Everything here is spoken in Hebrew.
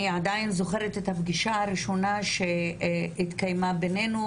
אני עדיין זוכרת את הפגישה הראשונה שהתקיימה בינינו,